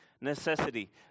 necessity